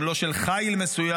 גם לא של חיל מסוים,